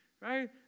Right